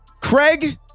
Craig